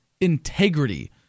integrity